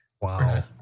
Wow